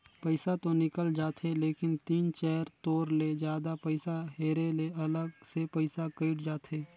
पइसा तो निकल जाथे लेकिन तीन चाएर तोर ले जादा पइसा हेरे ले अलग से पइसा कइट जाथे